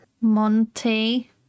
Monty